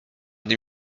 nim